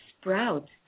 sprouts